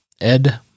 Ed